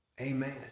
Amen